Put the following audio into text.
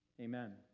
Amen